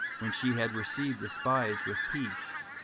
when she had received the spies with peace.